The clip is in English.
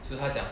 so 他讲